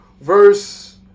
verse